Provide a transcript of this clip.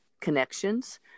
connections